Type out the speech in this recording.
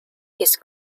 his